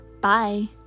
bye